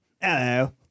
Hello